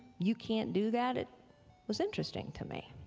you can't do that, it was interesting to me.